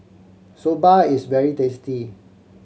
soba is very tasty